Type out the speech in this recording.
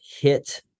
hit